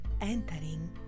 entering